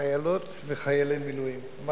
חיילות וחיילי מילואים, אני